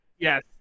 Yes